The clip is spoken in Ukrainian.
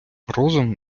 розум